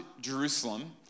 Jerusalem